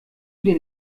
den